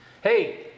Hey